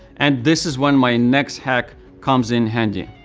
and this is when my next hack comes in handy.